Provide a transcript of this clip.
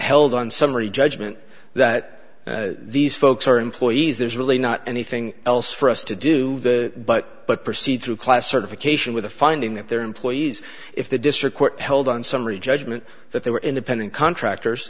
held on summary judgment that these folks are employees there's really not anything else for us to do but but proceed through class certification with a finding that their employees if the district court held on summary judgment that they were independent contractors